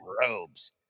Robes